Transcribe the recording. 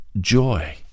Joy